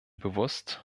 bewusst